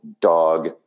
dog